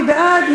מי בעד?